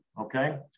okay